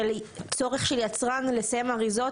של צורך של יצרן לסיים אריזות.